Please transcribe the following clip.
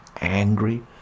angry